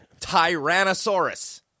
Tyrannosaurus